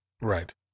Right